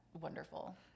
wonderful